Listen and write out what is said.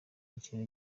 ikintu